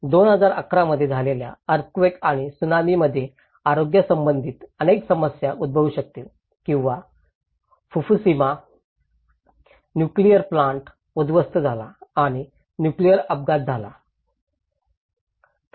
2011 मध्ये झालेल्या अर्थक्वेक आणि त्सुनामी मध्ये आरोग्यासंबंधी अनेक समस्या उद्भवू शकतील किंवा फुकुशिमा न्युक्लिअर प्लांट उध्वस्त झाला आणि न्युक्लिअर अपघात झाला